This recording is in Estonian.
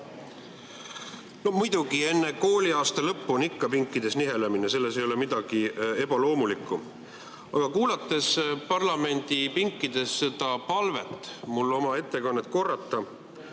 No muidugi, enne kooliaasta lõppu on ikka pinkides nihelemist, selles ei ole midagi ebaloomulikku. Aga kuuldes parlamendipinkidest palvet, et ma oma ettekannet kordaksin,